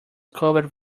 covered